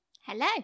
Hello